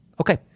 Okay